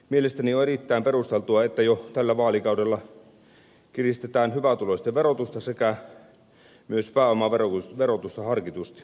mielestäni on erittäin perusteltua että jo tällä vaalikaudella kiristetään hyvätuloisten verotusta sekä myös pääomaverotusta harkitusti